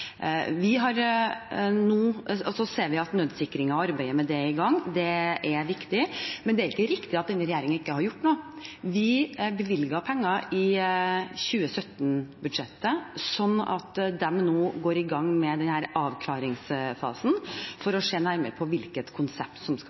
Nå ser vi at arbeidet med nødsikring er i gang. Det er viktig. Men det er ikke riktig at denne regjeringen ikke har gjort noe. Vi bevilget penger i 2017-budsjettet, slik at man nå går i gang med avklaringsfasen for å se nærmere på hvilket konsept som skal